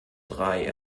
drei